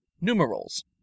Numerals